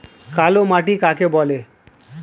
কালো মাটি কাকে বলে?